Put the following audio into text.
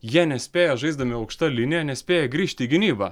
jie nespėja žaisdami aukšta linija nespėja grįžti į gynybą